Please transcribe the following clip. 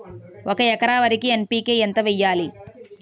ఒక ఎకర వరికి ఎన్.పి.కే ఎంత వేయాలి?